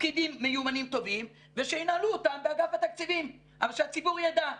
פקידים מיומנים טובים ושינהלו אותם באגף התקציבים אבל שהציבור ידע.